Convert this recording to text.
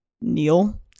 Neil